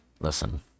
Listen